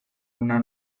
una